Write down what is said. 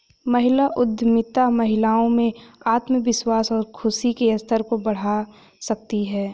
महिला उद्यमिता महिलाओं में आत्मविश्वास और खुशी के स्तर को बढ़ा सकती है